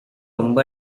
ரொம்ப